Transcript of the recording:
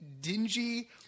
dingy